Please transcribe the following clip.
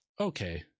Okay